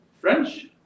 French